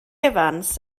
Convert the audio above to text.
evans